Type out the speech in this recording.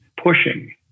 Pushing